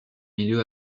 milieu